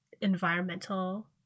environmental